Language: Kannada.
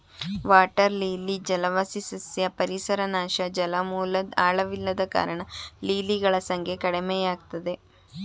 ವಾಟರ್ ಲಿಲಿ ಜಲವಾಸಿ ಸಸ್ಯ ಪರಿಸರ ನಾಶ ಜಲಮೂಲದ್ ಆಳವಿಲ್ಲದ ಕಾರಣ ಲಿಲಿಗಳ ಸಂಖ್ಯೆ ಕಡಿಮೆಯಾಗಯ್ತೆ